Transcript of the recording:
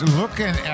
looking